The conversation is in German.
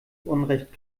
unrecht